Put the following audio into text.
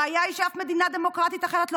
הראיה היא שאף מדינה דמוקרטית אחרת לא